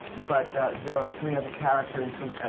but there are three other characters who,